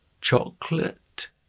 chocolate